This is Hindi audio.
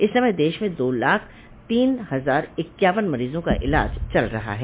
इस समय देश में दो लाख तीन हजार इक्यावन मरीजों का इलाज चल रहा है